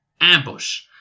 Ambush